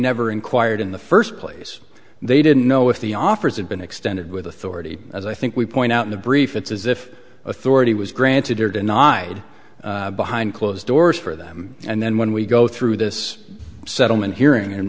never inquired in the first place they didn't know if the offers had been extended with authority as i think we point out in the brief it's as if authority was granted or denied behind closed doors for them and then when we go through this settlement hearing